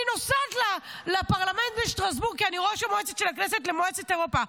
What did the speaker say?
אני נוסעת לפרלמנט בשטרסבורג כי אני ראש מועצת הכנסת למועצת אירופה.